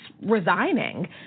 resigning